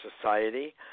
society